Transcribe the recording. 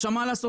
עכשיו מה לעשות,